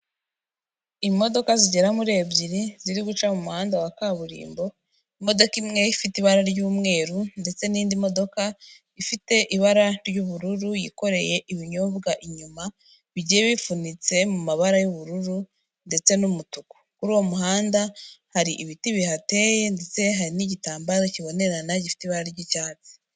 Imodoka zigera muri ebyiri ziri guca mu muhanda wa kaburimbo, imodoka imwe ifite ibara ry'umweru ndetse n'indi modoka ifite ibara ry'ubururu yikoreye ibinyobwa inyuma bigiye bipfunitse mu mabara y'ubururu ndetse n'umutuku. Kuri uwo muhanda hari ibiti bihateye ndetse hari n'igitambaro kibonerana gifite ibara ry'icyatsi.